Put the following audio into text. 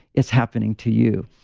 it's happening to you.